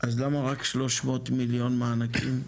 אז למה רק 300 מיליון מענקים?